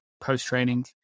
post-training